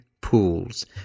pools